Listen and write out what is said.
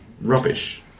rubbish